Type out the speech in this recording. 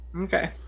Okay